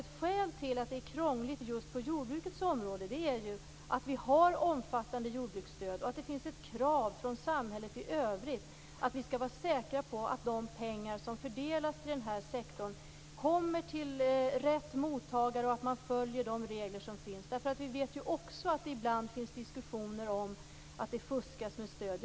Ett skäl till att det är krångligt just på jordbrukets område är att vi har omfattande jordbruksstöd och att det finns ett krav från samhället i övrigt att vi skall vara säkra på att de pengar som fördelas till den här sektorn kommer till rätt mottagare och att man följer de regler som finns. Vi vet ju också att det finns diskussioner om att det ibland fuskas med stöd.